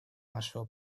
нашего